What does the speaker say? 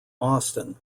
austin